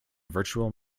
virtual